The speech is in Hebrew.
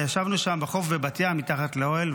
וישבנו שם בחוף בבת ים מתחת לאוהל,